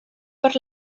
per